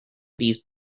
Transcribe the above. these